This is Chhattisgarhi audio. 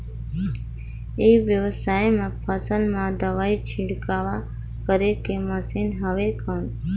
ई व्यवसाय म फसल मा दवाई छिड़काव करे के मशीन हवय कौन?